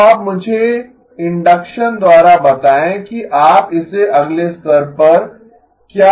अब आप मुझे इंडक्शन द्वारा बताएं कि आप इसे अगले स्तर पर क्या ले जा सकते हैं